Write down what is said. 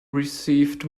received